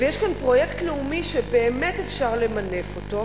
ויש כאן פרויקט לאומי שבאמת אפשר למנף אותו.